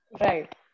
right